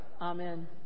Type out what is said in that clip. Amen